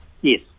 yes